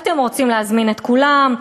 אתם רוצים להזמין את כולם,